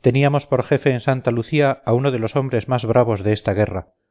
teníamos por jefe en santa lucía a uno de los hombres más bravos de esta guerra